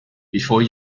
before